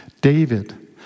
David